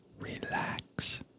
relax